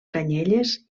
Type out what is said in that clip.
canyelles